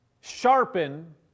sharpen